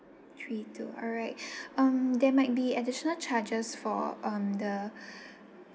three two alright um there might be additional charges for um the